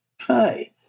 Hi